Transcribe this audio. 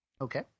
Okay